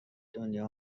دنیا